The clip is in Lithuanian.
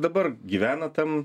dabar gyvena tam